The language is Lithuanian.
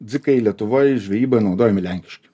dzikai lietuvoj žvejybai naudojami lenkiški